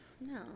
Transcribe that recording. No